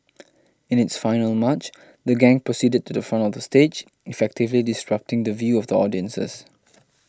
in its final march the gang proceeded to the front of the stage effectively disrupting the view of the audiences